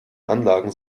anlagen